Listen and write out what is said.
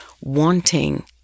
wanting